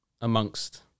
amongst